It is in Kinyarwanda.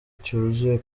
cyavuye